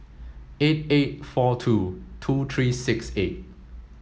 eight eight four two two three six eight